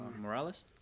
Morales